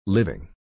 Living